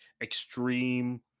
extreme